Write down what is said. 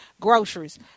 groceries